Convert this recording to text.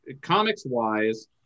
comics-wise